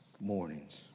mornings